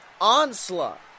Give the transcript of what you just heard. onslaught